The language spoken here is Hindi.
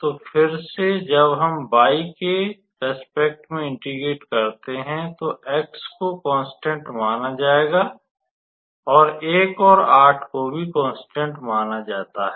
तो फिर से जब हम y के प्रति इंटेग्रेट करते हैं तो x को कोंस्टंट माना जाएगा और 1 और 8 को भी कोंस्टंट माना जाता है